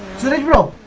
zero